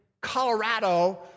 Colorado